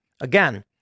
Again